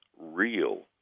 real